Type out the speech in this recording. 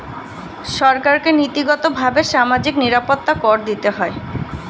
সরকারকে নীতিগতভাবে সামাজিক নিরাপত্তা কর দিতে হয়